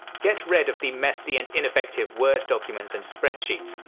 get rid of the messy and ineffective word documents and spreadsheets.